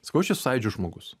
sakau aš esu sąjūdžio žmogus